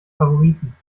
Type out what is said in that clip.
favoriten